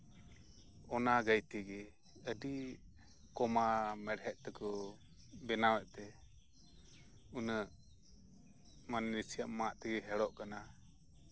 ᱚᱱᱟ ᱜᱟᱸᱭᱛᱤ ᱜᱮ ᱟᱹᱰᱤ ᱠᱚᱢᱟ ᱢᱮᱬᱦᱮᱫ ᱛᱮᱠᱚ ᱵᱮᱱᱟᱣᱮᱫ ᱛᱮ ᱩᱱᱟᱹᱜ ᱱᱟᱥᱮᱭᱟᱜ ᱢᱟᱜ ᱛᱮᱜᱮ ᱦᱮᱲᱚᱜ ᱠᱟᱱᱟ